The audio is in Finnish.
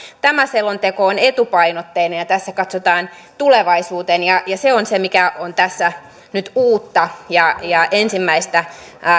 tämä selonteko on etupainotteinen ja tässä katsotaan tulevaisuuteen ja se on se mikä tässä on nyt uutta ja ja ensimmäistä